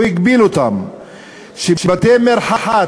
הוא הגביל אותם כך שבתי-מרחץ